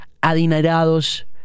adinerados